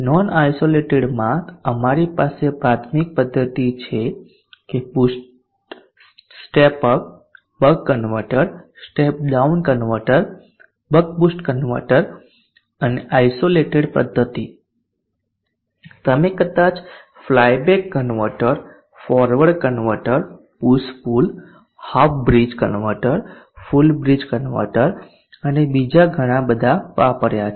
non isolated માં અમારી પાસે પ્રાથમિક પધ્ધતિ છે કે boost step up buck converter step down converter buck boost converter અને આઇસોલેટેડ પધ્ધતિ તમે કદાચ flyback converter forward converter push pull half bridge converter full bridge converter અને બીજા ઘણા બધા વાપર્યા છે